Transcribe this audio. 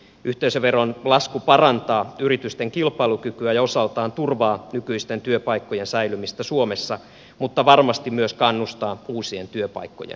yhteisöveron lasku parantaa yritysten kilpailukykyä ja osaltaan turvaa nykyisten työpaikkojen säilymistä suomessa mutta varmasti myös kannustaa uusien työpaikkojen syntyyn